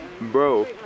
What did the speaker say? bro